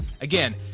Again